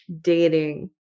dating